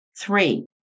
Three